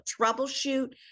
troubleshoot